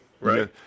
right